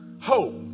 hope